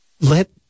Let